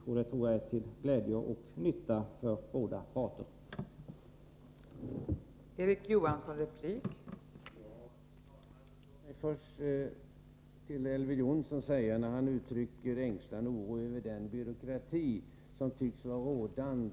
Det tror jag är till glädje och nytta för både arbetsgivare och arbetssökande.